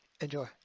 enjoy